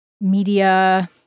media